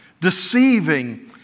deceiving